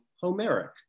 Homeric